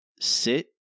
sit